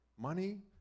Money